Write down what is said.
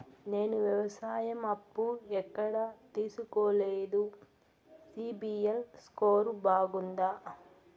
నేను వ్యవసాయం అప్పు ఎక్కడ తీసుకోలేదు, సిబిల్ స్కోరు బాగుందా?